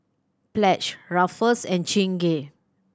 Pledge Ruffles and Chingay